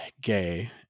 gay